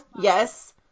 Yes